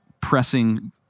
pressing